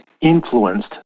influenced